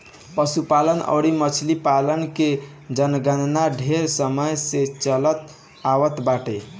पशुपालन अउरी मछरी पालन के जनगणना ढेर समय से चलत आवत बाटे